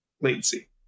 latency